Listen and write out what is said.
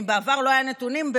בעבר לא היו נתונים,